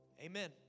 Amen